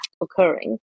occurring